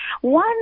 One